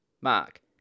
mark